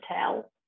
tell